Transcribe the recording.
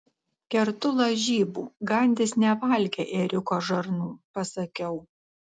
kertu lažybų gandis nevalgė ėriuko žarnų pasakiau